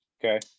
Okay